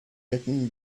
written